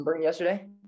yesterday